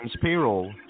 payroll